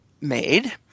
made